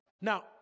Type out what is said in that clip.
now